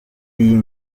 iyi